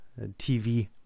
TV